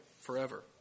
forever